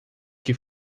que